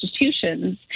institutions